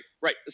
Right